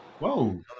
Whoa